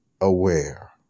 aware